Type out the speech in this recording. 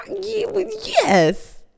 yes